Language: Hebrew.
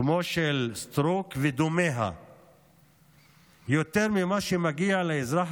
כמו של סטרוק ודומיה יותר ממה שמגיע לאזרח